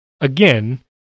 again